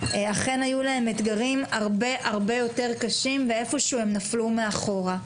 אכן היו להם אתגרים הרבה יותר קשים ואיפשהו הם נפלו מאחור.